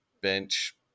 Bench